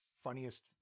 funniest